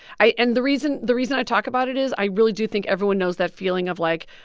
i and the reason the reason i talk about it is, i really do think everyone knows that feeling of, like,